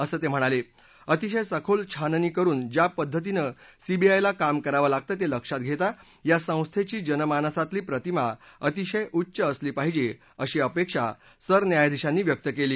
असं तक्रिणालक्ष अतिशय सखोल छाननी करून ज्या पद्धतीनं सीबीआयला काम करावं लागतं तविक्षात घक्ती या संस्थांची जनमानसातली प्रतिमा अतिशय उच्च असली पाहिज अशी अपक्षी सरन्यायाधीशांनी व्यक्त कल्ली